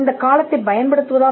இந்தக் காலத்தைப் பயன்படுத்துவதா